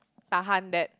tahan that